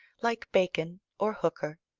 like bacon or hooker.